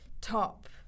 top